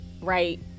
right